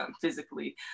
physically